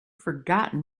forgotten